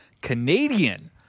Canadian